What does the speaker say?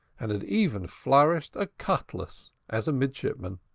and had even flourished a cutlass as a midshipman.